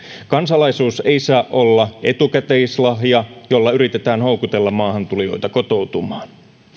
kansalaisuus ei saa olla etukäteislahja jolla yritetään houkutella maahantulijoita kotoutumaan